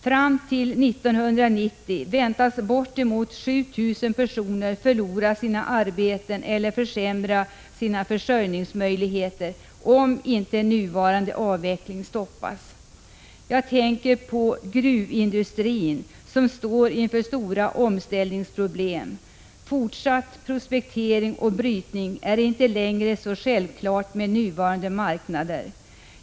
Fram till 1990 väntas bortemot 7 000 personer förlora sina arbeten eller få sina försörjningsmöjligheter försämrade, om inte nuvarande avveckling stoppas. Jag tänker på gruvindustrin, som står inför stora omställningsproblem. Fortsatt prospektering och brytning är inte längre något självklart med nuvarande marknader.